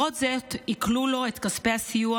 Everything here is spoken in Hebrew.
למרות זאת עיקלו לו את כספי הסיוע,